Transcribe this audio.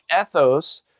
ethos